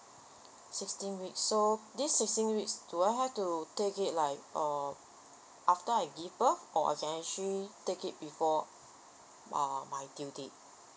sixteen weeks so this sixteen weeks do I have to take it like uh after I give birth or I can actually take it before um my due date